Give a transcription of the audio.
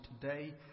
today